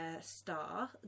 star